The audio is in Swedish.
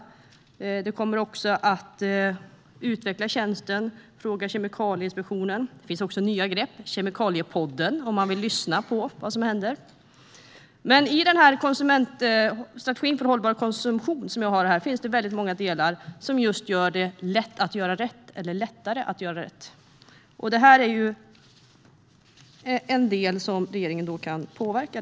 Man kommer att utveckla tjänsten Fråga Kemikalieinspektionen. Det finns också nya grepp, till exempel Kemikaliepodden om man vill lyssna på vad som händer. I konsumentstrategin för hållbar konsumtion finns det många delar som gör det lätt att göra rätt eller lättare att göra rätt. Det är en del där regeringen kan påverka.